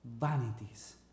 vanities